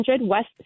West